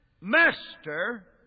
Master